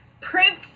Prince